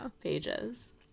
pages